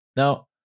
Now